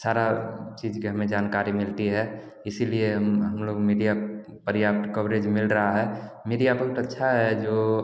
सारी चीज़ की हमें जानकारी मिलती है इसीलिए हम हम लोग मीडिया पर्याप्त कवरेज मिल रहा है मीडिया बहुत अच्छा है जो